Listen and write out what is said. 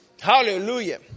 Hallelujah